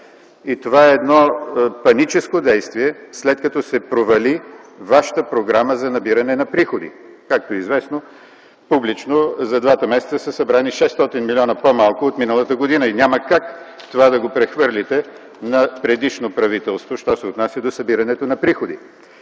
И това е едно паническо действие, след като се провали вашата програма за набиране на приходи. Както публично е известно, за двата месеца са събрани 600 млн. лв. по-малко от миналата година и няма как това да го прехвърлите на предишно правителство що се отнася до събирането на приходи.